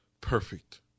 perfect